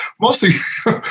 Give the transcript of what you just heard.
mostly